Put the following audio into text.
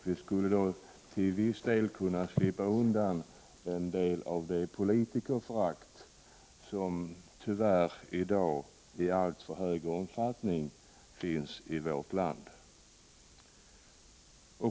Vi kunde till viss del slippa det politikerförakt som tyvärr i dag i alltför hög omfattning finns i vårt land.